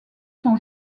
sont